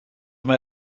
mae